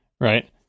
right